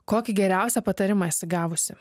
kokį geriausią patarimą esi gavusi